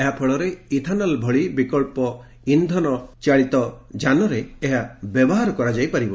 ଏହା ଫଳରେ ଇଥାନଲ ଭଳି ବିକ୍ସଚ୍ଚ ଇନ୍ଧନ ଚାଳିତ ଯାନରେ ଏହା ବ୍ୟବହାର କରାଯାଇ ପାରିବ